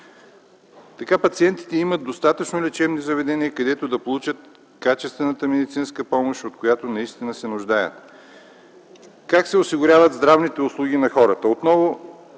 Така пациентите имат достатъчно лечебни заведения, където да получат качествената медицинска помощ, от която наистина се нуждаят. Как се осигуряват здравните услуги на хората? Отново